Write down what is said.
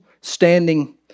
standing